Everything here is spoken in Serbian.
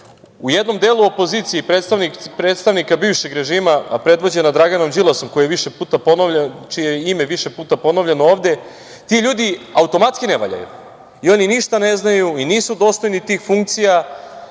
u jednom delu opozicije, predstavnika bivšeg režima, a predvođena Draganom Đilasom čije je ime više puta ponovljeno ovde, ti ljudi automatski ne valjaju i oni ništa ne znaju i nisu dostojni tih funkcija